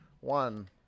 One